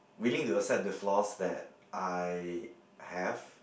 willing to accept the flaws that I have